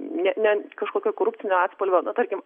ne ne kažkokio korupcinio atspalvio na tarkim